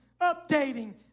updating